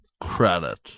credit